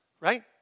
right